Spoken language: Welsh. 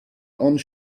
ond